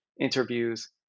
interviews